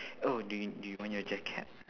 oh do you do you want your jacket